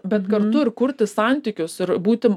bet kartu ir kurti santykius ir būti